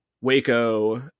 Waco